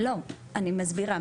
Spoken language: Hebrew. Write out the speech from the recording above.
לא, אני מסבירה.